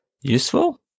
useful